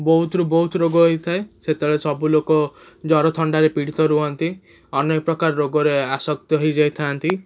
ବହୁତରୁ ବହୁତ ରୋଗ ହେଇଥାଏ ସେତେବେଳେ ସବୁ ଲୋକ ଜ୍ୱର ଥଣ୍ଡାରେ ପୀଡ଼ିତ ରୁହନ୍ତି ଅନେକପ୍ରକାର ରୋଗରେ ଆସକ୍ତ ହେଇଯାଇଥାନ୍ତି